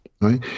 right